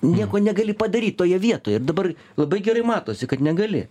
nieko negali padaryt toje vietoj ir dabar labai gerai matosi kad negali